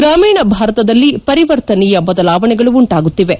ಗ್ರಾಮೀಣ ಭಾರತದಲ್ಲಿ ಪರಿವರ್ತನೀಯ ಬದಲಾವಣೆಗಳು ಉಂಟಾಗುತ್ತಿವೆ